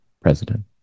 President